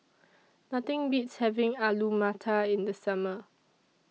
Nothing Beats having Alu Matar in The Summer